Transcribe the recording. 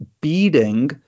beating